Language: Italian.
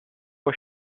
può